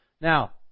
Now